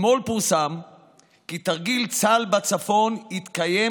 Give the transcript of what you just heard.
אתמול פורסם כי תרגיל צה"ל בצפון יתקיים